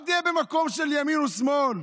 אל תהיה במקום של ימין ושמאל.